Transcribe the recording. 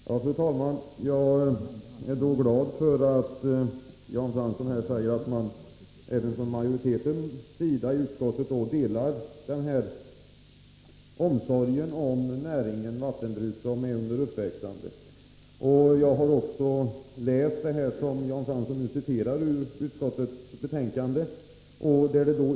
Fru talman! Jag är glad att Jan Fransson säger att man även från majoritetens sida i utskottet delar min omsorg om vattenbruksnäringen, vilken är under uppväxande. Jag har läst det stycke i utskottets betänkande som Jan Fransson citerade.